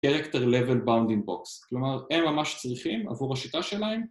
Character Level Bounding Box, כלומר הם ממש צריכים עבור השיטה שלהם